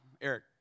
Eric